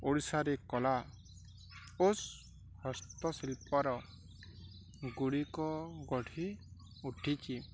ଓଡ଼ିଶାରେ କଲା ଓ ହସ୍ତଶିଳ୍ପର ଗୁଡ଼ିକ ଗଠି ଉଠିକି